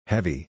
Heavy